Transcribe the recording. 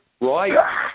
right